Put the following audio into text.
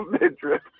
midriff